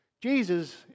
Jesus